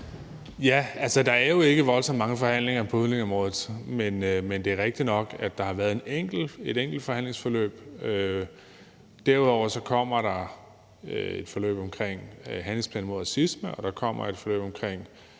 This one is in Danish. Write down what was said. Bek): Der er jo ikke voldsomt mange forhandlinger på udlændingeområdet, men det er rigtigt nok, at der har været et enkelt forhandlingsforløb. Derudover kommer der et forløb omkring en handlingsplan mod racisme, og der kommer et forløb omkring